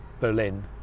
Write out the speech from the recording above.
Berlin